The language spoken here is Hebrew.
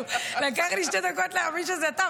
לקח לי שתי דקות להבין שזה אתה,